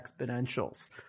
exponentials